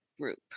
group